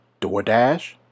DoorDash